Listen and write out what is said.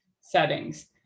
settings